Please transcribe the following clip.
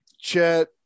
Chet